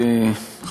תודה,